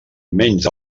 menys